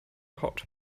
hot